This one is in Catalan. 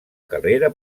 carrera